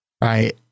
right